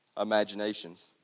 imaginations